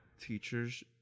teachers